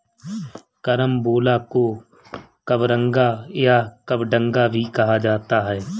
carambola को कबरंगा या कबडंगा भी कहा जाता है